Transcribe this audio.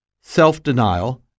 self-denial